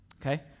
okay